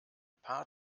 paar